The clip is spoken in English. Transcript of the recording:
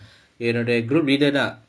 என்னோட:ennoda group leader தான்:thaan